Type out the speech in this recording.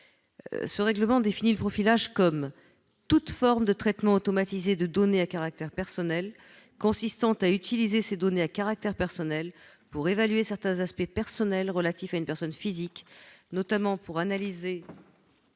Ce règlement définit le profilage comme « toute forme de traitement automatisé de données à caractère personnel consistant à utiliser ces données à caractère personnel pour évaluer certains aspects personnels relatifs à une personne physique, notamment pour analyser